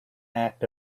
act